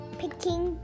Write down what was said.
picking